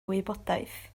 wybodaeth